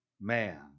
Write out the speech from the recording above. man